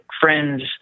friends